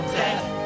death